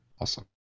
Awesome